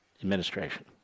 administration